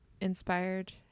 inspired